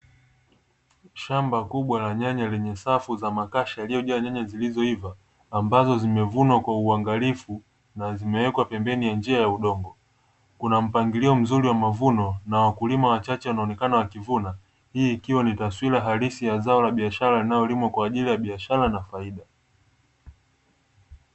Shamba kubwa la nyanya lenye safu za makaashi yaliojaa nyanya zilizoiva ambazo zimevunwa kwa uangalifu na zimewekwa, pembeni ya njia ya udongo kuna mpangilio mzuri wa mavuno na wakulima wachache wanaonekana wakivuna hii ikiwa ni taswira halisi ya zao la biashara inayolimwa kwa ajili ya biashara na faida.